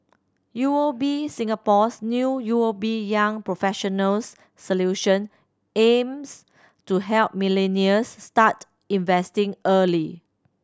U O B Singapore's new U O B Young Professionals Solution aims to help millennials start investing early